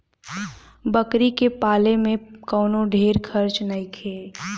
बकरी के पाले में कवनो ढेर खर्चा नईखे